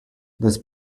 this